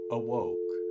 awoke